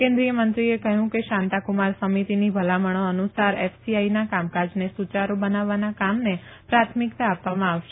કેન્દ્રીય મંત્રીએ કહ્યું કે શાંતાકુમાર સમિતિની ભલામણો અનુસાર એફસીઆઈના કામકાજને સુયારૂ બનાવવાના કામને પ્રાથમિકતા આપવામાં આવશે